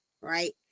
Right